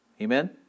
Amen